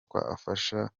twafasha